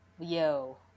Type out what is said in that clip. yo